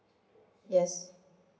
yes